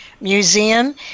Museum